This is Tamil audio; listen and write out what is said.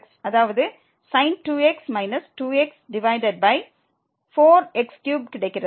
அதாவது sin 2x 2 x divided by 4 x3 கிடைக்கிறது